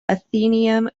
athenaeum